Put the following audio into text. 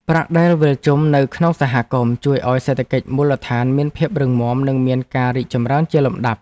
ប្រាក់ដែលវិលជុំនៅក្នុងសហគមន៍ជួយឱ្យសេដ្ឋកិច្ចមូលដ្ឋានមានភាពរឹងមាំនិងមានការរីកចម្រើនជាលំដាប់។